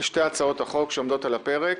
לשתי הצעות החוק שעומדות על הפרק.